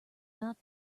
not